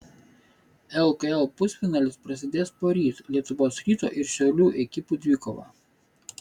lkl pusfinalis prasidės poryt lietuvos ryto ir šiaulių ekipų dvikova